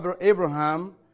Abraham